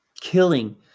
killing